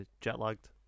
jet-lagged